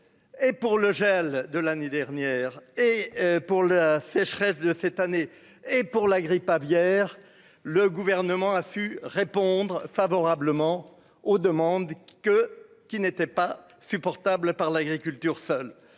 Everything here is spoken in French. pour le gel de l'année dernière et pour la sécheresse de cette année et pour la grippe aviaire, le gouvernement a su répondre favorablement aux demandes que qu'il n'était pas supportable par l'agriculture, seul,